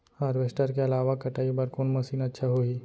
Harvester के अलावा कटाई बर कोन मशीन अच्छा होही?